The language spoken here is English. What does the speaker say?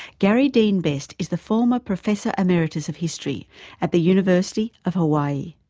gary dean best is the former professor emeritus of history at the university of hawaii,